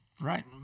Right